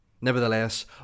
Nevertheless